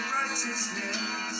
righteousness